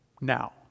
now